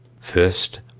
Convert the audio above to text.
first